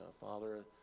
Father